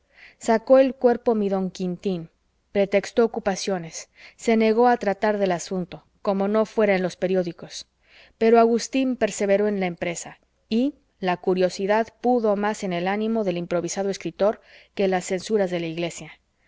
sacó el cuerpo mi don quintín pretextó ocupaciones se negó a tratar del asunto como no fuera en los periódicos pero agustín perseveró en la empresa y la curiosidad pudo más en el ánimo del improvisado escritor que las censuras de la iglesia